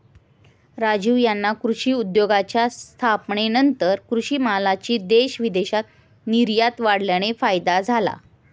राजीव यांना कृषी उद्योगाच्या स्थापनेनंतर कृषी मालाची देश विदेशात निर्यात वाढल्याने फायदा झाला